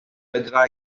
fedra